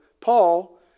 Paul